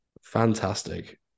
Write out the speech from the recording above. fantastic